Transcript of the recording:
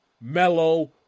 mellow